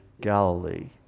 Galilee